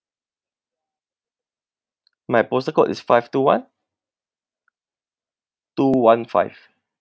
my postal code is five two one two one five